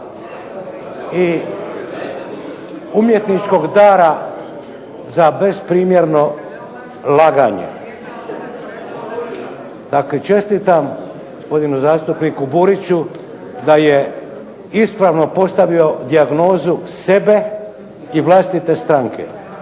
i umjetničkog dara za besprimjerno laganje. Dakle, čestitam gospodinu zastupniku Buriću da je ispravno postavio dijagnozu sebe i vlastite stranke.